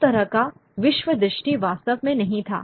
उस तरह का विश्वदृष्टि वास्तव में नहीं था